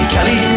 Kelly